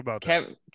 Kevin